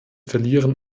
verlieren